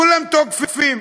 כולם תוקפים,